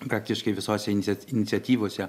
praktiškai visose inicia iniciatyvose